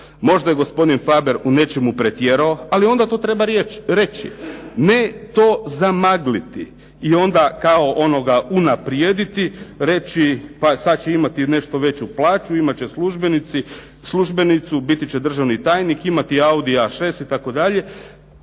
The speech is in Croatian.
Možda je gospodin Faber u nečemu pretjerao, ali onda to treba reći. Ne to zamagliti i onda kao onoga unaprijediti reći, pa sad će imati nešto veću plaću, imati će službenicu, biti će državni tajnik, imati Audia A6 itd.